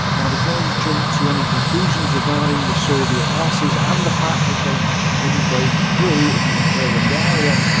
now before you jump to any conclusions regarding the soviet losses and the fact that they couldn't break through in the courland area,